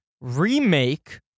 Remake